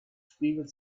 spiegelt